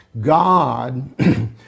God